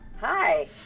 Hi